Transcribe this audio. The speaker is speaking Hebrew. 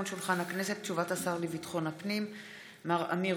תחילת פרויקט מצלמות הגוף על השוטרים אין נתונים,